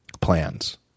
plans